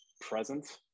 present